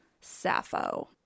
Sappho